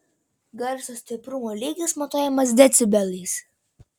garso stiprumo lygis matuojamas decibelais